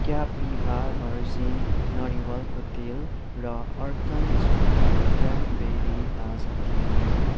Kapiva virgin नरिवलको तेल र अर्थन सुक्खा क्र्यानबेरी ताजा थिएनन्